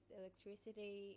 electricity